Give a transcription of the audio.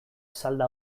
salda